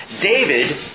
David